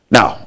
Now